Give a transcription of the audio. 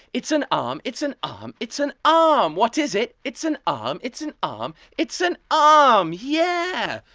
it's an arm. it's an arm. it's an arm. what is it? it's an arm. it's an arm. it's an arm. yeah!